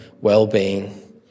well-being